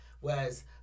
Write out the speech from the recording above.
Whereas